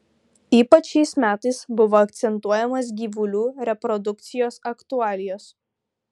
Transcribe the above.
ypač šiais metais buvo akcentuojamos gyvulių reprodukcijos aktualijos